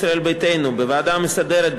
ישראל ביתנו: בוועדה המסדרת,